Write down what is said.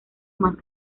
más